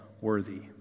worthy